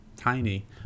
tiny